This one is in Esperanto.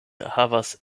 havas